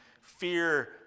fear